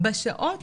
בשעות